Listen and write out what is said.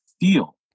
feel